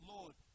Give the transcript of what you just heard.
Lord